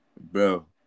Bro